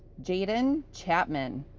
jaden chapman